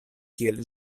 kiel